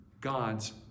God's